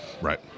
right